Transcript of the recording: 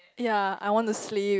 ya I wanna sleep